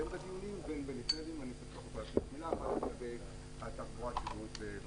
בין בדיונים ובין --- מילה אחת על התחבורה הציבורית.